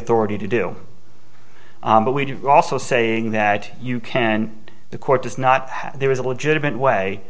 authority to do but we do also saying that you can't the court does not have there is a legitimate way